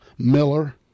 miller